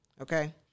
Okay